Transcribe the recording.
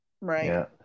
Right